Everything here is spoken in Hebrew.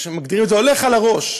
מגדירים את זה "הולך על הראש"